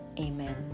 amen